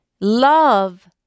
Love